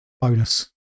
bonus